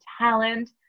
talent